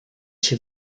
się